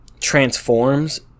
transforms